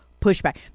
pushback